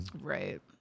Right